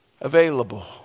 available